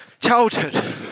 childhood